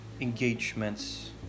engagements